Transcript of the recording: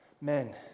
Men